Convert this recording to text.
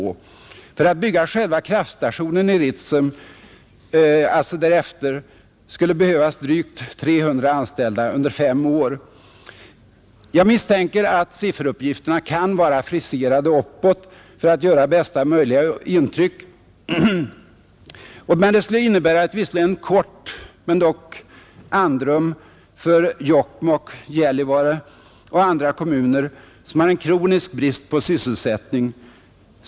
För att bygga själva kraftstationen i Ritsem skulle sedan behövas drygt 300 anställda under fem år. Jag misstänker att sifferuppgifterna kan vara friserade uppåt för att göra bästa möjliga intryck, men de skulle ändå innebära ett andrum, om än kort, för Jokkmokk, Gällivare och andra kommuner, som har en kronisk brist på sysselsättning.